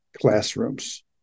classrooms